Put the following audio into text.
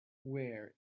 where